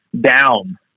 down